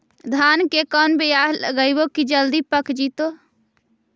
धान के कोन बियाह लगइबै की जल्दी पक जितै?